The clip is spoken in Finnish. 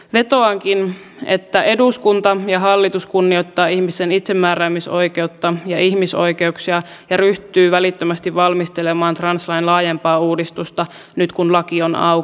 vetoankin että eduskunta ja hallitus kunnioittavat ihmisen itsemääräämisoikeutta ja ihmisoikeuksia ja ryhtyvät välittömästi valmistelemaan translain laajempaa uudistusta nyt kun laki on auki